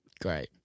Great